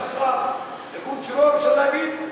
ארגון טרור, אפשר להגיד?